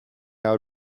out